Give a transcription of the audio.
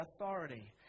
authority